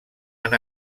han